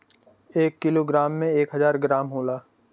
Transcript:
एक kilogram में एक हजार ग्राम होला